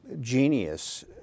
genius